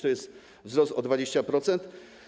To jest wzrost o 20%.